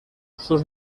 sus